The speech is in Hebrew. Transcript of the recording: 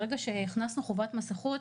ברגע שהכנסנו חובת מסכות,